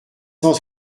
cent